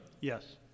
Yes